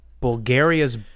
Bulgaria's